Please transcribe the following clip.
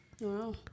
Wow